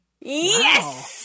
Yes